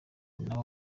nawe